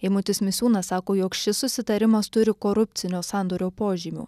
eimutis misiūnas sako jog šis susitarimas turi korupcinio sandorio požymių